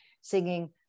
singing